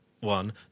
one